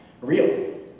real